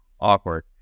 awkward